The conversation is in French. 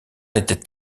était